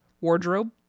Wardrobe